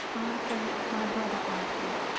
arthur, my brother arthur.